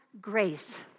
grace